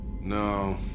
No